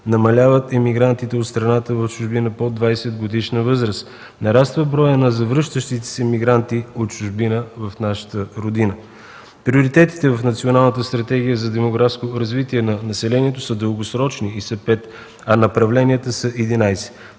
намаляват емигрантите от страната в чужбина под 20-годишна възраст, нараства броят на завръщащите се емигранти от чужбина в нашата Родина. Приоритетите в Националната стратегия за демографско развитие на населението са дългосрочни, те са пет, а направленията –